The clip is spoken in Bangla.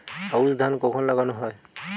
আউশ ধান কখন লাগানো হয়?